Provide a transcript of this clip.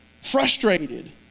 frustrated